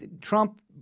Trump